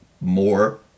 more